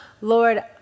Lord